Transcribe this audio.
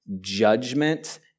judgment